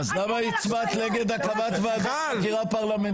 אז למה הצבעת נגד הקמת ועדת חקירה פרלמנטרית?